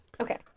Okay